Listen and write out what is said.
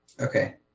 Okay